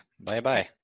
Bye-bye